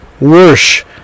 worse